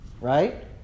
Right